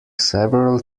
several